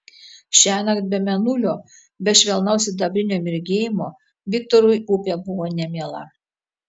šiąnakt be mėnulio be švelnaus sidabrinio mirgėjimo viktorui upė buvo nemiela